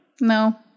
No